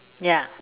ya